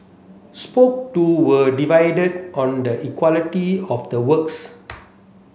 spoke to were divided on the equality of the works